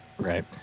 right